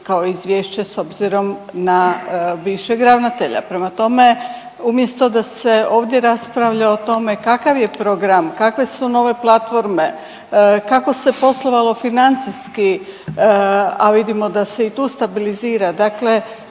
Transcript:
kao izvješće s obzirom na bivšeg ravnatelja. Prema tome, umjesto da se ovdje raspravlja o tome kakav je program, kakve su nove platforme kako se poslovalo financijski, a vidimo da se i tu stabilizirala.